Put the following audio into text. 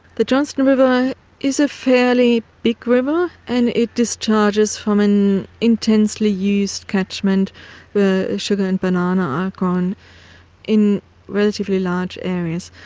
the johnstone river is a fairly big river and it discharges from an intensely used catchment where sugar and bananas are grown in relatively large areas.